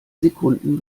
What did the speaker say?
sekunden